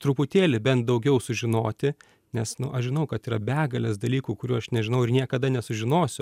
truputėlį bent daugiau sužinoti nes nu aš žinau kad yra begalės dalykų kurių aš nežinau ir niekada nesužinosiu